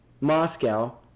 Moscow